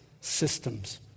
systems